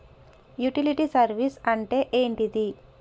Utility service అంటే ఏంటిది?